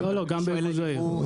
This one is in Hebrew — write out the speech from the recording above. לא, גם ביבוא זעיר.